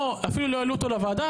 ואפילו לא העלו אותו לוועדה,